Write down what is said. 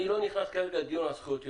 אני לא נכנס כרגע לדיון על זכויות יוצרים.